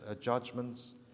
judgments